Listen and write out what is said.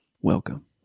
Welcome